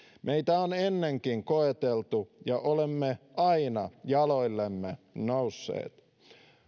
meitä on ennenkin koeteltu ja olemme aina jaloillemme nousseet